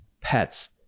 pets